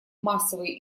массовые